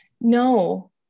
no